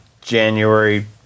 January